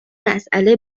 مسئله